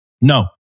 No